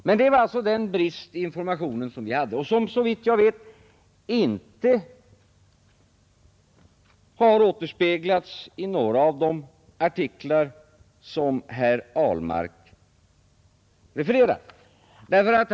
Men det var den bristen i information som vi hade och som såvitt jag vet inte har återspeglats i någon av de artiklar som herr Ahlmark refererade.